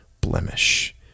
blemish